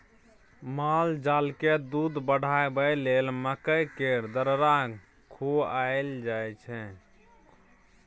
मालजालकेँ दूध बढ़ाबय लेल मकइ केर दर्रा खुआएल जाय छै